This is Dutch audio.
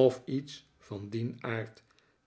of iets vandieh aard